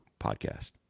podcast